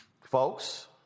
Folks